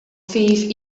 fiif